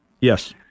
Yes